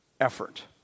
effort